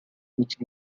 which